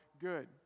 good